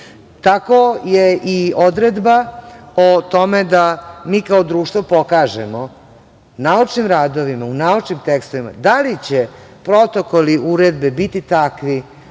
je i odredba o tome da mi kao društvo pokažemo naučnim radovima, u naučnim tekstovima dali će protokoli uredbe biti takvi